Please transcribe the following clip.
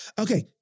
okay